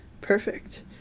Perfect